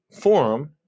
forum